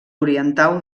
oriental